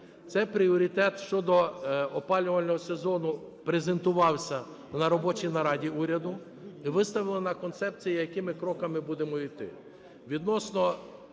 Цей пріоритет щодо опалювального сезону презентувався на робочій нараді уряду і виставлена концепція, якими кроками будемо йти.